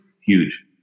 Huge